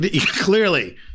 Clearly